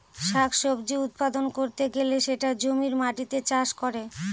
শাক সবজি উৎপাদন করতে গেলে সেটা জমির মাটিতে চাষ করে